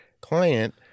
client